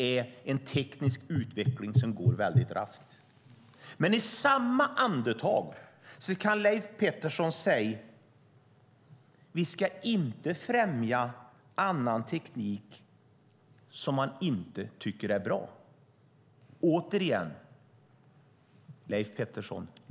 Den tekniska utvecklingen går väldigt raskt. Men i samma andetag kan Leif Pettersson säga att vi inte ska främja sådan teknik som vi inte tycker är bra.